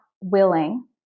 willing